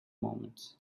moment